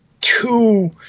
two